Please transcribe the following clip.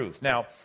Now